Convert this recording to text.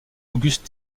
auguste